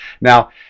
Now